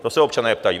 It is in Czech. Na to se občané ptají.